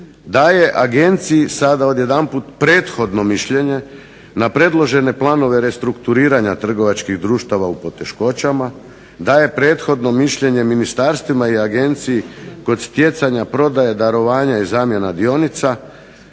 daje Agenciji sada odjednom prethodno mišljenje, na predložene planove restrukturiranja trgovačkih društava u poteškoćama, daje prethodno mišljenje ministarstvima i agenciji kod stjecanja prodaje, darovanja i zamjena dionica,